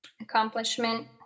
accomplishment